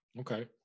Okay